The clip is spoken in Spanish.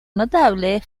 notable